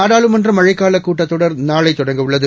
நாடாளுமன்றமழைக்காலக்கூட்டத்தொடர் நாளைதொடங்கஉள்ளது